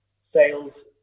sales